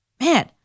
Man